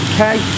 Okay